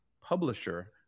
publisher